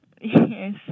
Yes